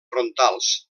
frontals